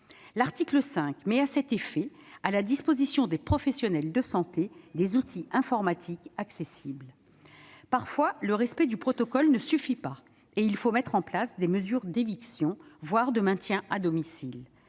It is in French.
l'article 5 met à la disposition des professionnels de santé des outils informatiques accessibles. Cela dit, parfois, le respect du protocole ne suffit pas. Il faut alors mettre en place des mesures d'éviction, voire de maintien à domicile.